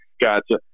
Gotcha